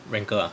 rancour ah